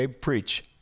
preach